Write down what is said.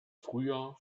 frühjahr